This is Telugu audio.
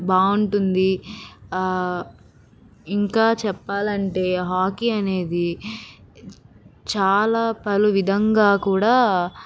బాగుంటుంది ఇంకా చెప్పాలి అంటే హాకీ అనేది చాలా పలు విధంగా కూడా